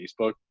Facebook